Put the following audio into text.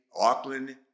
Auckland